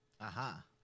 Aha